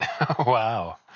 wow